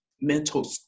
mental